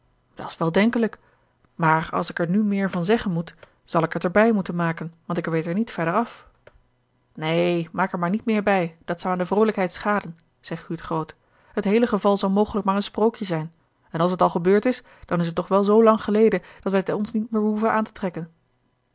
luisteren dat's wel denkelijk maar als ik er nu meer van zeggen moet zal ik het er bij moeten maken want ik weet er niet verder af neen maak er maar niet meer bij dat zou aan de vroolijkheid schaden zei guurt groot het heele geval zal mogelijk maar een sprookje zijn en als t al gebeurd is dan is het toch wel zoolang geleden dat wij het ons niet meer behoeven aan te trekken